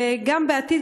וגם בעתיד,